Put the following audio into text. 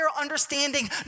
understanding